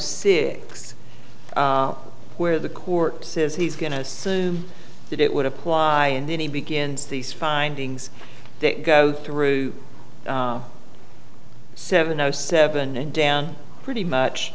six where the court says he's going to assume that it would apply and then he begins these findings they go through seven o seven and down pretty much